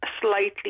slightly